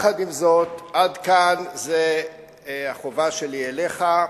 עם זאת, עד כאן זה החובה שלי אליך,